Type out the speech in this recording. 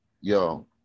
yo